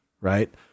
right